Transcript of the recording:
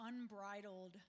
unbridled